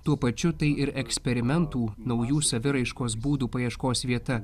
tuo pačiu tai ir eksperimentų naujų saviraiškos būdų paieškos vieta